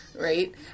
right